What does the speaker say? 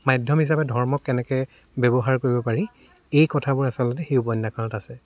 মাধ্যম হিচাপে ধৰ্মক কেনেকৈ ব্যৱহাৰ কৰিব পাৰি এই কথাবোৰ আচলতে সেই উপন্যাসখনত আছে